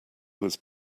was